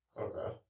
Okay